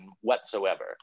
whatsoever